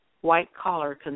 white-collar